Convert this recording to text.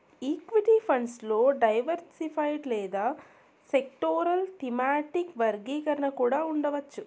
equity funds లో diversified లేదా sectoral, thematic వర్గీకరణ కూడా ఉండవచ్చు